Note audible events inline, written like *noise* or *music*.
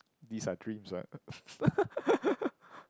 these are dreams what *laughs*